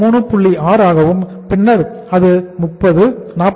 6 ஆகவும் பின்னர் அது 30 43